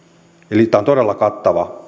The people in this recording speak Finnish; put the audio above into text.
eli tämä toimeksianto on todella kattava